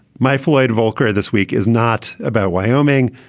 my floyd voelker. this week is not about wyoming.